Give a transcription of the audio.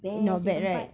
not bad right